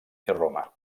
roma